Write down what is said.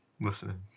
Listening